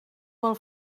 vol